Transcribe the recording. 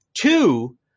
Two